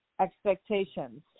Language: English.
expectations